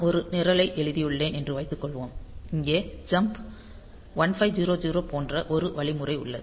நான் ஒரு நிரலை எழுதியுள்ளேன் என்று வைத்துக்கொள்வோம் இங்கே ஜம்ப் 1500 போன்ற ஒரு வழிமுறை உள்ளது